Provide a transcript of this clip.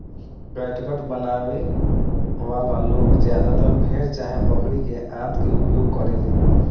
catgut बनावे वाला लोग ज्यादातर भेड़ चाहे बकरी के आंत के उपयोग करेले